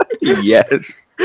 Yes